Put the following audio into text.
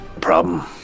Problem